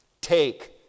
Take